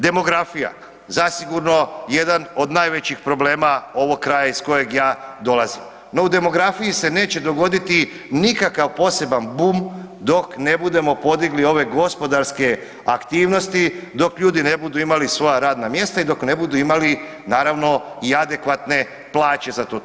Demografija, zasigurno jedan od najvećih problema ovog kraja iz kojeg ja dolazim, no u demografiji se neće dogoditi nikakav poseban bum dok ne budemo podigli ove gospodarske aktivnosti, dok ljudi ne budu imali svoja radna mjesta i dok ne budu imali naravno i adekvatne plaće za to.